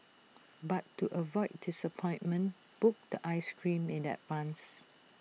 but to avoid disappointment book the Ice Cream in advance